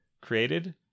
created